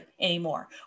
anymore